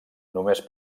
només